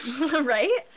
Right